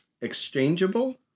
exchangeable